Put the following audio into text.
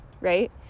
right